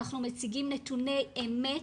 אנחנו מציגים נתוני אמת.